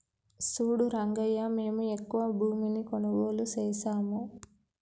సూడు రంగయ్యా మేము ఎక్కువ భూమిని కొనుగోలు సేసాము